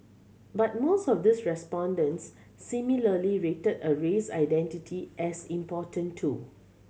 but most of these respondents similarly rated a race identity as important too